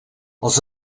els